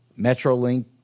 Metrolink